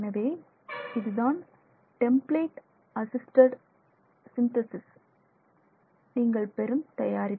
எனவே இதுதான் template assistant assistant synthesis நீங்கள் பெறும் தயாரிப்பு